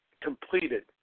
completed